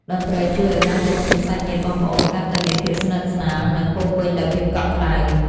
តន្ត្រីជួយឱ្យការជួបជុំសាច់ញាតិបងប្អូន កាន់តែមានភាពស្និទ្ធស្នាល និងពោរពេញដោយភាពកក់ក្ដៅ។